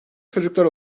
çocuklar